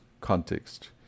context